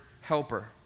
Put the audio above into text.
helper